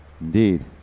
Indeed